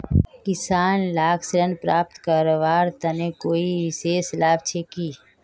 किसान लाक ऋण प्राप्त करवार तने कोई विशेष लाभ छे कि?